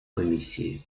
комісії